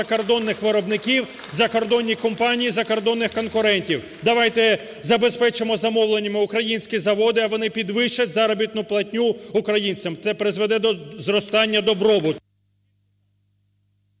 закордонних виробників, закордонні компанії, закордонних конкурентів? Давайте забезпечимо замовленнями українські заводи, а вони підвищать заробітну платню українцям. Це призведе до зростання добробуту.